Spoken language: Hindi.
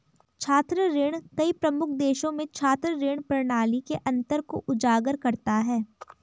छात्र ऋण कई प्रमुख देशों में छात्र ऋण प्रणाली के अंतर को उजागर करता है